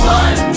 one